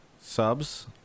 subs